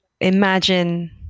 imagine